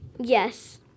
Yes